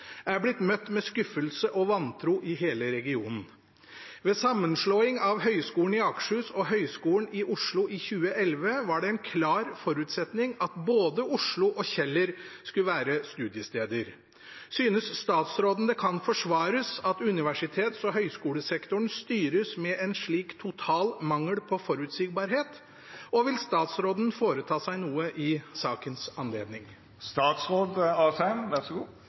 blitt møtt med skuffelse og vantro i hele regionen. Ved sammenslåing av Høgskolen i Akershus og Høgskolen i Oslo i 2011 var det en klar forutsetning at både Oslo og Kjeller skulle være studiesteder. Synes statsråden det kan forsvares at universitets- og høgskolesektoren styres med en slik total mangel på forutsigbarhet, og vil statsråden foreta seg noe i sakens anledning?»